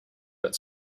but